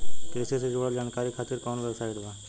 कृषि से जुड़ल जानकारी खातिर कोवन वेबसाइट बा?